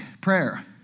prayer